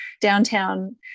downtown